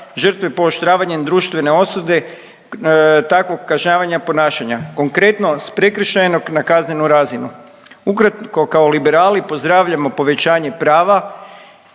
žrtve pooštravanjem društvene osude takvog kažnjavanja ponašanja konkretno s prekršajnog na kaznenu razinu. Ukratko kao Liberali pozdravljamo povećanje prava